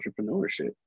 entrepreneurship